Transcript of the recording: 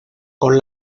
con